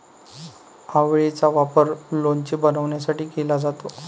आवळेचा वापर लोणचे बनवण्यासाठी केला जातो